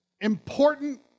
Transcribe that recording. important